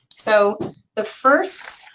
so the first